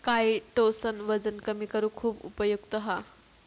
chitosan वजन कमी करुक खुप उपयुक्त हा